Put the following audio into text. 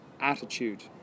attitude